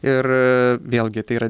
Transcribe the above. ir vėlgi tai yra